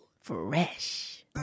Fresh